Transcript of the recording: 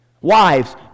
Wives